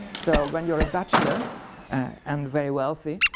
so, when you are a bachelor and very wealthy,